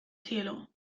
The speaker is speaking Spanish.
cielo